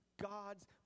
God's